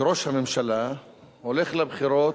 וראש הממשלה הולך לבחירות,